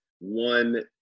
One